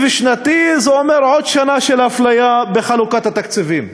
שנתי: זה אומר עוד שנה של אפליה בחלוקת התקציבים.